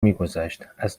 میگذشت، از